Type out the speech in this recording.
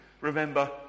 remember